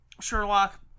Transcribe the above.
Sherlock